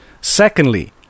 Secondly